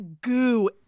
goo